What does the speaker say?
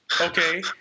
okay